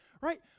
right